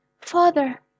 father